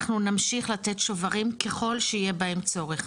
אנחנו נמשיך לתת שוברים ככל שיהיה בהם צורך.